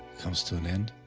comes to an end?